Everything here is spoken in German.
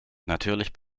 natürlich